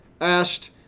asked